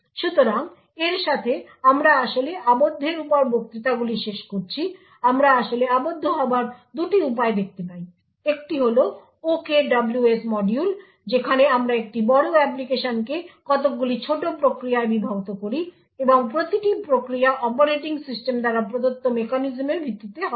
সুতরাং এর সাথে আমরা আসলে আবদ্ধের উপর বক্তৃতাগুলি শেষ করছি আমরা আসলে আবদ্ধ হবার দুটি উপায় দেখতে পাই একটি হল OKWS মডিউল যেখানে আমরা একটি বড় অ্যাপ্লিকেশনকে কতকগুলি ছোট প্রক্রিয়ায় বিভক্ত করি এবং প্রতিটি প্রক্রিয়া অপারেটিং সিস্টেম দ্বারা প্রদত্ত মেকানিজমের ভিত্তিতে হবে